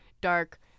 dark